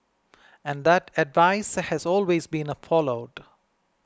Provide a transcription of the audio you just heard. and that advice has always been followed